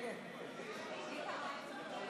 26 תומכים, 48 מתנגדים,